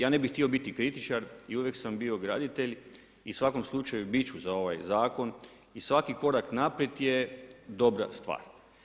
Ja ne bih htio biti kritičar i uvijek sam bio graditelj i u svakom slučaju bit ću za ovaj zakon i svaki korak naprijed je dobra stvar.